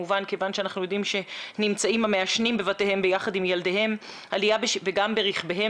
אנחנו יודעים שהמעשנים נמצאים בבתיהם יחד עם ילדיהם וגם ברכביהם,